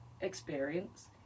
experience